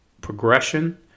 progression